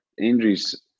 injuries